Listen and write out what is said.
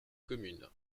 commune